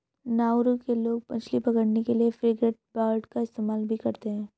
Nauru के लोग मछली पकड़ने के लिए फ्रिगेटबर्ड का इस्तेमाल भी करते हैं